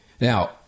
Now